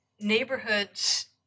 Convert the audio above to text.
neighborhoods